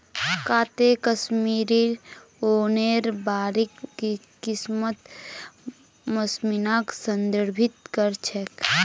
काते कश्मीरी ऊनेर बारीक किस्म पश्मीनाक संदर्भित कर छेक